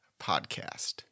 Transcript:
Podcast